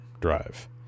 drive